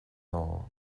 nua